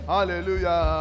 Hallelujah